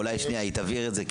היא תבהיר את זה,